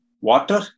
water